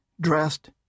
dressed